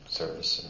service